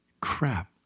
crap